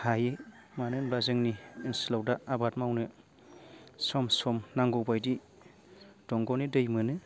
हायो मानो होनबा जोंनि ओनसोलाव दा आबाद मावनो सम सम नांगौ बायदि दंगनि दै मोनो